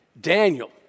Daniel